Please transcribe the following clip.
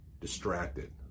distracted